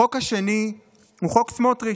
החוק השני הוא חוק סמוטריץ',